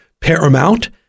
paramount